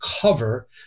cover